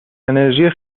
انرژی